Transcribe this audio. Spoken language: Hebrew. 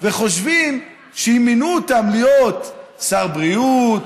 וחושבים שאם מינו אותם להיות שר בריאות